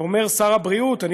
שר הבריאות אומר,